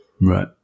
Right